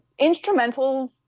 instrumentals